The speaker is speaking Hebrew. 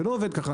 זה לא עובד ככה.